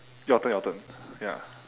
your turn your turn ya